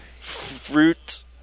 Fruit